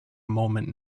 moment